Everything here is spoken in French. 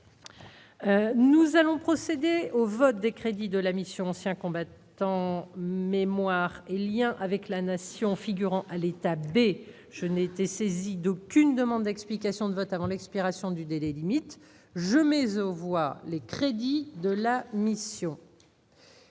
Nous allons procéder au vote des crédits de la mission « Anciens combattants, mémoire et liens avec la Nation », figurant à l'état B. Je n'ai été saisie d'aucune demande d'explication de vote avant l'expiration du délai limite. Je mets aux voix ces crédits, modifiés.